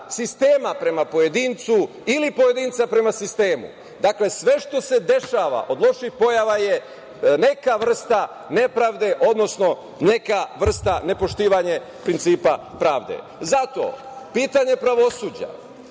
sistema prema pojedincu ili pojedinca prema sistemu. Dakle, sve što se dešava od loših pojava je neka vrsta nepravde, odnosno neka vrsta nepoštovanja pravde. Zato, pitanje pravosuđa,